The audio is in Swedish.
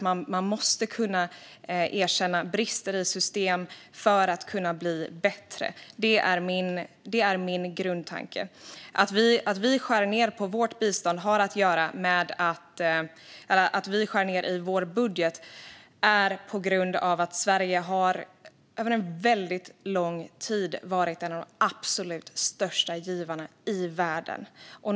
Man måste kunna erkänna brister i system för att kunna bli bättre. Det är min grundtanke. Att vi i vår budget skär ned på biståndet har att göra med att Sverige under en väldigt lång tid har varit en av de absolut största givarna i världen.